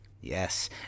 Yes